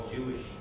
Jewish